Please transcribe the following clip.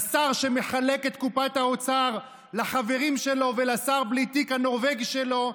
לשר שמחלק את קופת האוצר לחברים שלו ולשר-בלי-תיק הנורבגי שלו,